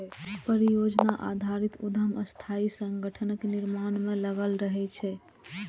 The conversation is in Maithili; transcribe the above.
परियोजना आधारित उद्यम अस्थायी संगठनक निर्माण मे लागल रहै छै